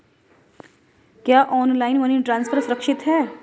क्या online money transfer सुरक्षित है?